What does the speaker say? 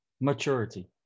maturity